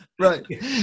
right